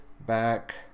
back